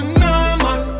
normal